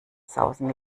sausen